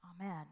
amen